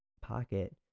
pocket